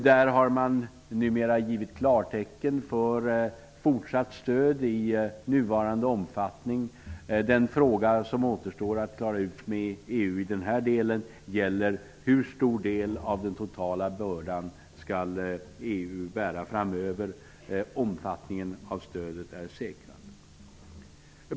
Det har numera givits klartecken för fortsatt stöd i nuvarande omfattning. Den fråga som återstår att klara ut med EU i den delen gäller hur stor del av den totala bördan som EU skall bära framöver. Omfattningen av stödet är säkrad.